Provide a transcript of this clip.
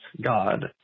God